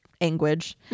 anguish